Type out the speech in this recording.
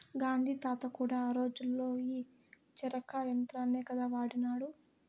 గాంధీ తాత కూడా ఆ రోజుల్లో ఈ చరకా యంత్రాన్నే కదా వాడినాడు